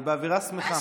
אני באווירה שמחה.